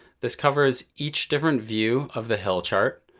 this covers each different view of the hill chart.